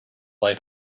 play